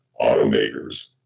automakers